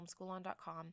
homeschoolon.com